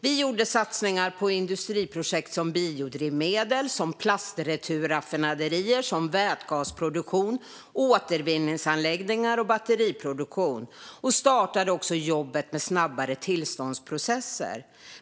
Vi gjorde satsningar på industriprojekt som biodrivmedel, plastreturraffinaderier, vätgasproduktion, återvinningsanläggningar och batteriproduktion och startade också jobbet med snabbare tillståndsprocesser.